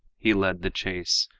he led the chase,